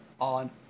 on